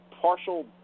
partial